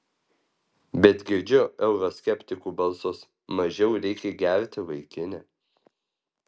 bet girdžiu euroskeptikų balsus mažiau reikia gerti vaikine